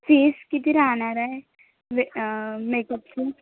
fees किती राहणार आहे वे मेकपची